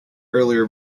earlier